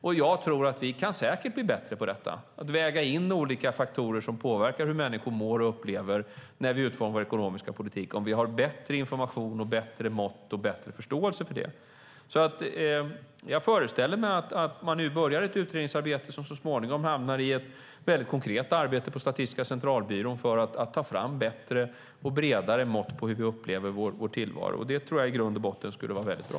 Jag tror säkert att vi kan bli bättre på att väga in olika faktorer som påverkar hur människor mår och upplever sin tillvaro när vi utformar vår ekonomiska politik om vi har bättre information, bättre mått och bättre förståelse för det. Jag föreställer mig att man nu börjar ett utredningsarbete, som så småningom hamnar i ett väldigt konkret arbete på Statistiska centralbyrån, för att ta fram bättre och bredare mått på hur vi upplever vår tillvaro. Det tror jag i grund och botten skulle vara väldigt bra.